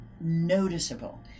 noticeable